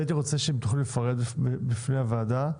הייתי רוצה, אם תוכלי לפרט בפני הוועדה,